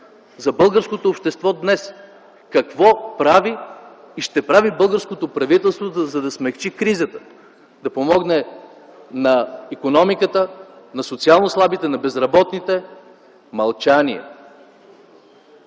за българското общество днес? Какво прави и ще прави българското правителство, за да смекчи кризата, да помогне на икономиката, на социално слабите, на безработните? Мълчание!